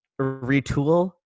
retool